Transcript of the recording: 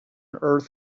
earth